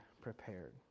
prepared